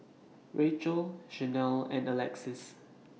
Rachelle Shanell and Alexus